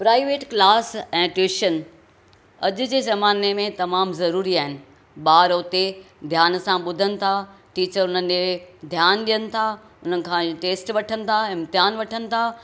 private class ऐं tuition अॼु जे ज़माने में तमामु ज़रूरी आहिनि ॿार उते ध्यान सां ॿुधनि था टीचर हुन ॾे ध्यानु ॾियनि था उन्हनि खां टेस्ट वठनि था इमतिहानु वठनि था